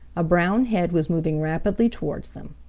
a brown head was moving rapidly towards them.